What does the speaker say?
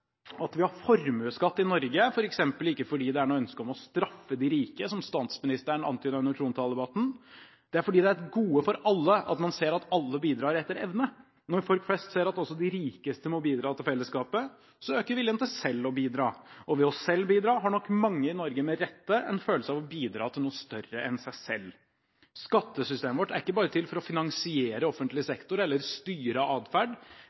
At vi har formuesskatt i Norge, er f.eks. ikke fordi det er noe ønske om å straffe de rike, som statsministeren antydet under trontaledebatten. Det er fordi det er et gode for alle at man ser at alle bidrar etter evne. Når folk flest ser at også de rikeste må bidra til fellesskapet, øker viljen til selv å bidra. Og ved selv å bidra har nok mange i Norge med rette en følelse av å bidra til noe større enn seg selv. Skattesystemet vårt er ikke bare til for å finansiere offentlig sektor eller styre atferd,